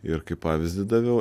ir kaip pavyzdį daviau